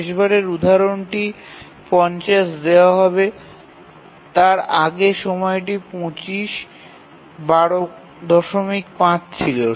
শেষ বারের উদাহরণটি ৫০ দেওয়া হবে তার আগে সময়টি ২৫ ১২৫ ছিল